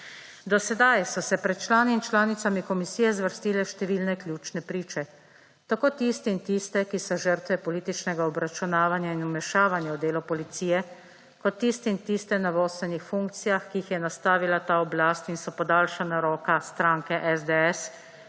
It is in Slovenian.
Do sedaj so se pred člani in članicami komisije zvrstile številne ključne priče, tako tisti in tiste, ki so žrtve političnega obračunavanja in vmešavanja v delo policije, kot tisti in tiste na vodstvenih funkcijah, ki jih je nastavila ta oblast in so podaljšana roka stranke SDS,